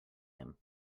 him